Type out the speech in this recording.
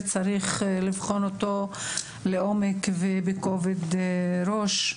וצריך לבחון אותו לעומק ובכובד ראש.